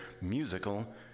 Musical